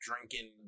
drinking